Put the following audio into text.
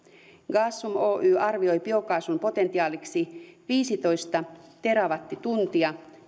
gasum oy arvioi biokaasun potentiaaliksi viisitoista terawattituntia